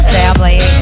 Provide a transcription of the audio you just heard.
family